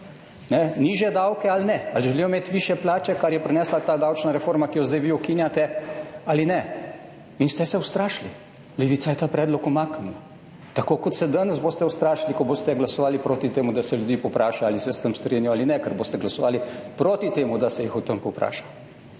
nižje davke ali ne, ali želijo imeti višje plače, kar je prinesla ta davčna reforma, ki jo zdaj vi ukinjate ali ne in ste se ustrašili. **27. TRAK (VI) 12.10** (nadaljevanje) Levica je ta predlog umaknila, tako kot se danes boste ustrašili, ko boste glasovali proti temu, da se ljudi povpraša ali se s tem strinjajo ali ne, ker boste glasovali proti temu, da se jih v tem povpraša.